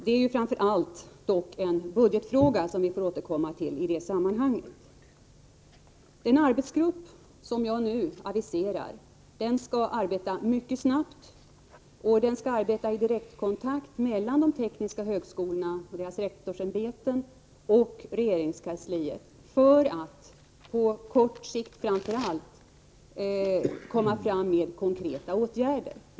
Det är dock framför allt en budgetfråga, som vi får återkomma till i det sammanhanget. Den arbetsgrupp som jag nu aviserar skall arbeta mycket snabbt. Den skall arbeta i direkt kontakt med de tekniska högskolornas rektorsämbeten och regeringskansliet för att främst på kort sikt komma fram med förslag till konkreta åtgärder.